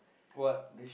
what